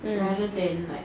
rather than like